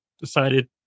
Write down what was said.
decided